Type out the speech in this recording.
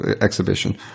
exhibition